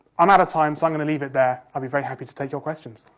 i'm out of time, so i'm going to leave it there. i'll be very happy to take your questions.